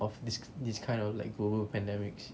of this this kind of like global pandemics